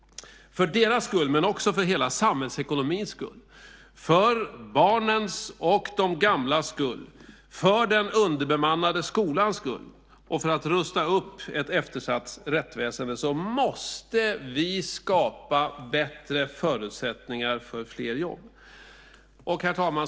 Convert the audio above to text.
För deras skull, men också för hela samhällsekonomins skull, för barnens och de gamlas skull, för den underbemannade skolans skull och för att rusta upp ett eftersatt rättsväsende, måste vi skapa bättre förutsättningar för fler jobb. Herr talman!